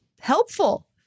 helpful